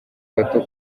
gato